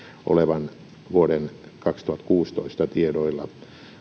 olevan vuoden kaksituhattakuusitoista tiedoilla